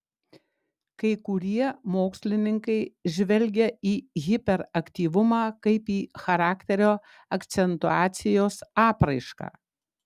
kai kurie mokslininkai žvelgia į hiperaktyvumą kaip į charakterio akcentuacijos apraišką